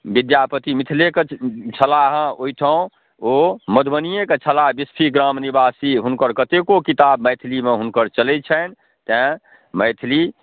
विद्यापति मिथिलेके छलाह ओहिठाम ओ मधुबनिएके छलाह बिस्फी ग्राम निवासी हुनकर कतेको किताब मैथिलीमे हुनकर चलै छनि तेँ मैथिली